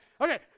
Okay